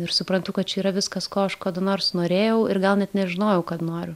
ir suprantu kad čia yra viskas ko aš kada nors norėjau ir gal net nežinojau kad noriu